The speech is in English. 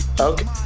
okay